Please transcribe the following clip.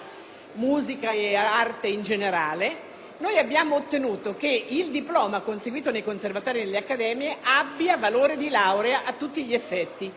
musica e dell'arte in generale, abbiamo ottenuto che il diploma conseguito nei conservatori e nelle accademie avesse valore di laurea a tutti gli effetti,